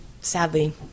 sadly